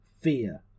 Fear